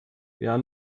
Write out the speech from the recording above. wer